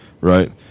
right